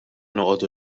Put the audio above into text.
noqogħdu